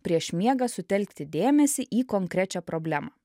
prieš miegą sutelkti dėmesį į konkrečią problemą